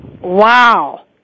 Wow